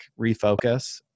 refocus